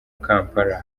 kampala